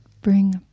bring